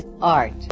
art